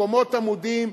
קומות עמודים,